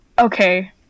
Okay